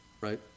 Right